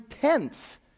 tense